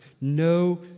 no